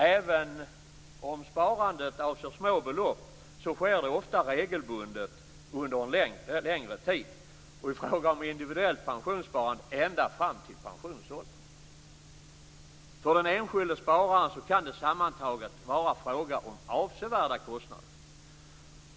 Även om sparandet avser små belopp sker det ofta regelbundet under en längre tid och i fråga om individuellt pensionssparande ända fram till pensionsåldern. För den enskilde spararen kan det sammantaget vara fråga om avsevärda kostnader.